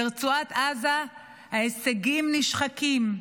ברצועת עזה ההישגים נשחקים,